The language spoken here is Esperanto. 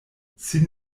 sin